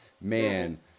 man